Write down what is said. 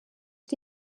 the